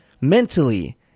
mentally